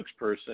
spokesperson